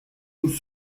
nous